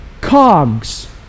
cogs